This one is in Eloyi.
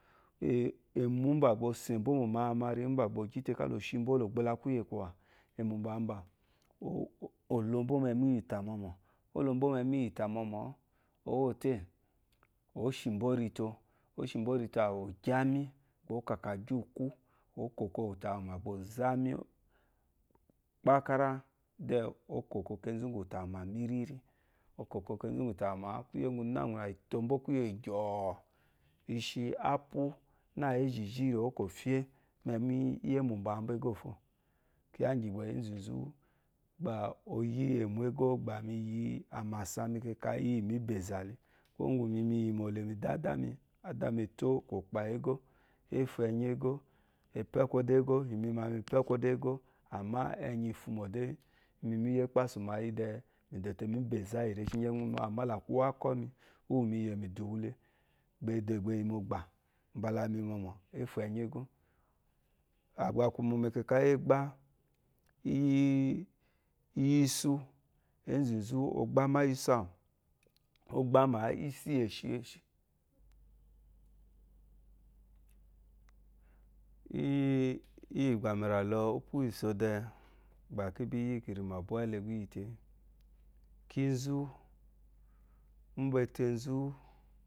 èmwù mbà gbà o sè mbó mò mamari, úmbà gbà ò gyí te káa la ò shi mbó laò gbola kwúyè kɔ̀wà. Èmwù mbàambà, ò ló mbó mu ɛmyi íyì ùtà mɔmɔ̀, ó lo mbó mu ɛmyi íyì ùtà mɔmɔ̌. ǒ wó tê, ǒ shi mbó rito àwù, ò gyí ámyí, ǒ kàkàgyí úkwú, ǒ kòko ùtà àwù gbà ò zà ámyí kpákárá, then, ǒ kòko kenzú úŋgà ùtà àwù mà myírírí. O kòko kenzú úŋgù ùtà àwù mǎ, kwúyè úŋgwunáŋguná, ì tó mbó kwúyè gyɔ̀ɔ̀ɔ̀, i ahi ápwú, nǎ ézhìzhírì, ó kò fyé mu ɛmyi íyì émwù mbàmbà égó fô. Kyiya ìŋgyì gbà ěnzù nzú gbà o yí èmwù égó gbà mi yi àmàsa mɛkɛkà yí íyì mǐ bà ɛzà le. Kwuwó ŋgwù imi mi yìmò le mi dù ádá mi. Ádá mi e tó kwɔ̀kpà égó, ě fu ɛ̀nyɔ égó, e pɛ́ kwɔ́dá égó, imi ma, mi pɛ́ kwɔ́da égó, àmâ ɛnyɔ ifumò dé, imi mí yi ɛ́kpásù ma yí dɛɛ, mì do te mǐ bà ɛ̀zà íyì réshí ŋgyì ɛ́myi mô, àmá là a kwu úwákɔ́ mi, úwù mi yè mi dù wu le, uwu è dègbo è yi mu ɔ̀gbà mbala mi mɔmɔ̀, ě fu ɛnyɔ égó. A gbà a kwu mu ɛkɛkà íyì ɛ́gbá, íyì ísú. Ěnzù nzú ɔ̀ gbámà íyì isu àwù, ɔ̀ gbámà íyì èshêshì. gbà kí gyí kì rìmà bwɛ́ɛ́ le gbá i yi te, kínzú, úmbà ete nzú,